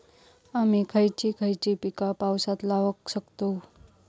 आम्ही खयची खयची पीका पावसात लावक शकतु?